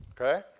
Okay